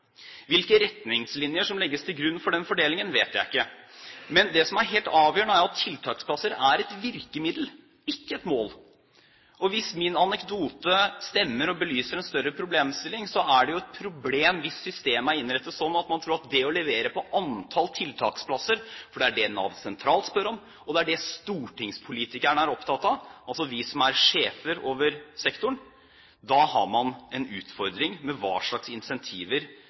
Hvilke retningslinjer som legges til grunn for den fordelingen, vet jeg ikke. Men det som er helt avgjørende, er at tiltaksplasser er et virkemiddel, ikke et mål. Hvis min anekdote stemmer og belyser en større problemstilling, er det jo et problem hvis systemet er innrettet slik at man tror at det dreier seg om å levere på antall tiltaksplasser, for det er det Nav sentralt spør om, og det er det stortingspolitikerne, altså vi som er sjefer over sektoren, er opptatt av. Da har man en utfordring med hensyn til hva slags